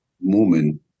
moment